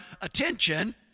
attention